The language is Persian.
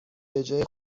بجای